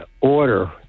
order